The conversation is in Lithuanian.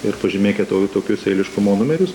ir pažymėkit tokius eiliškumo numerius